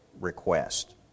request